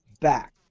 back